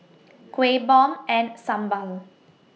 Kueh Bom and Sambal